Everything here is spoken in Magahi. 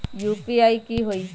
यू.पी.आई की होई?